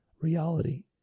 reality